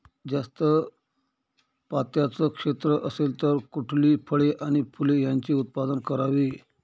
जास्त पात्याचं क्षेत्र असेल तर कुठली फळे आणि फूले यांचे उत्पादन करावे?